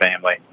family